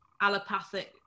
allopathic